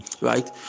right